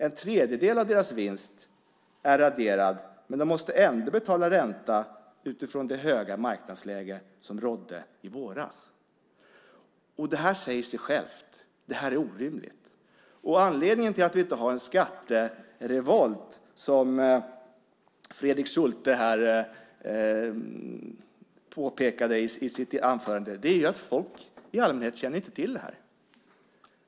En tredjedel av deras vinst är raderad, men de måste ändå betala ränta utifrån det höga marknadsläge som rådde i våras. Det säger sig självt att det här är orimligt. Anledningen till att vi inte har en skatterevolt som Fredrik Schulte här påpekade i sitt anförande är att folk i allmänhet inte känner till det här.